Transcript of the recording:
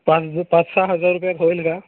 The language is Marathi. पाच पाच सहा हजार रुपये होईल का